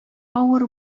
авыр